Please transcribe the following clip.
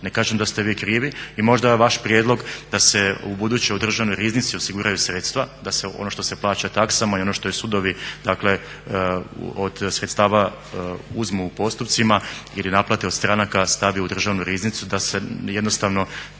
Ne kažem da ste vi krivi i možda i vaš prijedlog da se ubuduće u državnoj riznici osiguraju sredstva da se ono što se plaća taksama i ono što sudovi dakle od sredstava uzmu u postupcima ili naplate od stranaka stave u državnu riznicu da se jednostavno